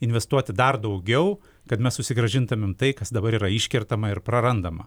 investuoti dar daugiau kad mes susigrąžintumėm tai kas dabar yra iškertama ir prarandama